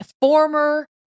former